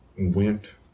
went